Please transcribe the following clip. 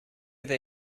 they